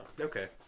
Okay